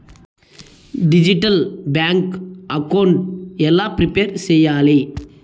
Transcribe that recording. Digital bank account ఎలా prepare సెయ్యాలి?